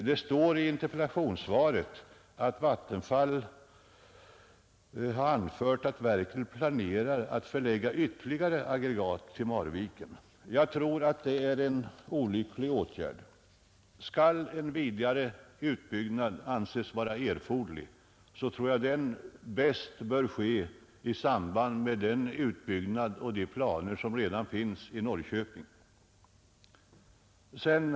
Det står i interpellationssvaret att Vattenfall har anfört att verket planerar att förlägga ytterligare aggregat till Marviken. Jag tror att det är en olycklig åtgärd. Skall en vidare utbyggnad anses vara erforderlig, tror jag att den bör ske i samband med den redan planerade utbyggnaden i Norrköping. Herr talman!